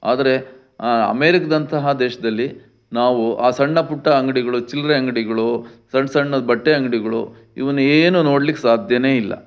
ಆದರೆ ಆ ಅಮೇರಿಕಾದಂತಹ ದೇಶದಲ್ಲಿ ನಾವು ಆ ಸಣ್ಣ ಪುಟ್ಟ ಅಂಗಡಿಗಳು ಚಿಲ್ಲರೆ ಅಂಗಡಿಗಳು ಸಣ್ಣ ಸಣ್ಣದ ಬಟ್ಟೆ ಅಂಗಡಿಗಳು ಇವ್ನ ಏನೂ ನೋಡ್ಲಿಕ್ಕೆ ಸಾಧ್ಯನೇ ಇಲ್ಲ